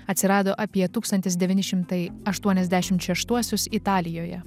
atsirado apie tūkstantis devyni šimtai aštuoniasdešimt šeštuosius italijoje